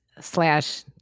slash